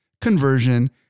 conversion